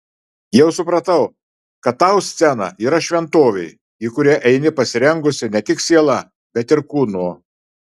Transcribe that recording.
jau supratau kad tau scena yra šventovė į kurią eini pasirengusi ne tik siela bet ir kūnu